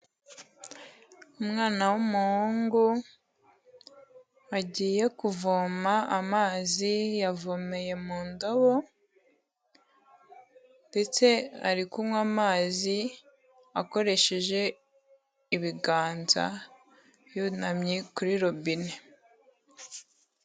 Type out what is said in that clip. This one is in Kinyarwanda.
Umwana w'umuhungu, agiye kuvoma amazi yavomeye mu ndobo ndetse ari kunywa amazi akoresheje ibiganza, yunamye kuri robine.